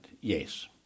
Yes